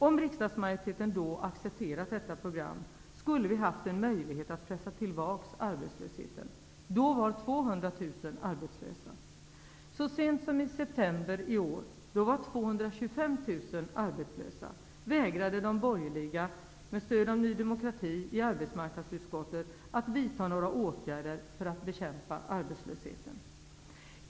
Om riksdagsmajoriteten då hade accepterat detta program skulle vi ha haft en möjlighet att pressa tillbaka arbetslösheten. Då var arbetslösa - vägrade de borgerliga, med stöd av Ny demokrati, i arbetsmarknadsutskottet att vidta några åtgärder för att bekämpa arbetslösheten.